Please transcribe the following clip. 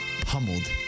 pummeled